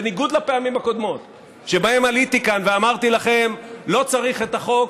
בניגוד לפעמים הקודמות שבהן עליתי כאן ואמרתי לכם "לא צריך את החוק",